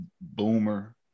boomer